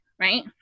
Right